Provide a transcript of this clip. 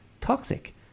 toxic